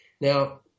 Now